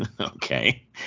Okay